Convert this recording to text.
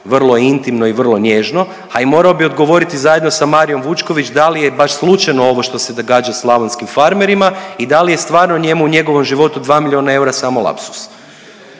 vrlo intimno i vrlo nježno, a i moro bi odgovoriti zajedno sa Marijom Vučković da li je baš slučajno ovo što se događa slavonskim farmerima i da li je stvarno njemu u njegovom životu dva milijona eura samo lapsus.